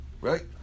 right